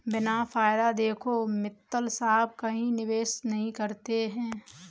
बिना फायदा देखे मित्तल साहब कहीं निवेश नहीं करते हैं